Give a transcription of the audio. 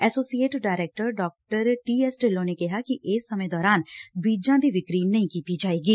associate director ਡਾ T S Dhillon ਨੇ ਕਿਹਾ ਕਿ ਇਸ ਸਮੇਂ ਦੌਰਾਨ ਬੀਜਾਂ ਦੀ ਵਿਕਰੀ ਨਹੀਂ ਕੀਤੀ ਜਾਏਗੀ